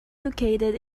located